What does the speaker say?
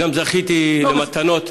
וגם זכיתי במתנות,